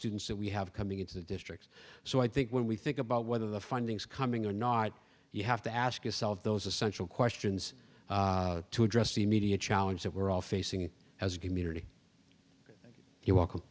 students that we have coming into the district so i think when we think about whether the funding is coming or not you have to ask yourself those essential questions to address the media challenge that we're all facing as a community you